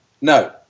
No